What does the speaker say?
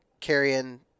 carrying